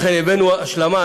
לכן הבאנו השלמה,